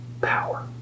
power